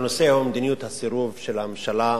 והנושא הוא מדיניות הסירוב של הממשלה,